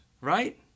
right